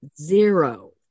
zero